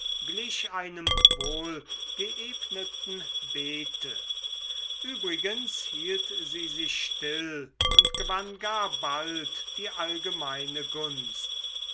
glich einem wohlgeebneten beete übrigens hielt sie sich still und gewann gar bald die allgemeine gunst